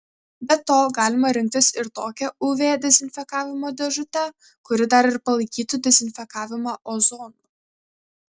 be to galima rinktis ir tokią uv dezinfekavimo dėžutę kuri dar ir palaikytų dezinfekavimą ozonu